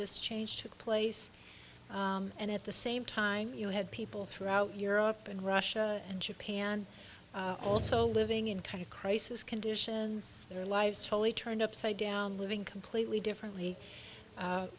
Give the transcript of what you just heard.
this change took place and at the same time you had people throughout europe and russia and japan also living in kind of crisis conditions their lives totally turned upside down living completely differently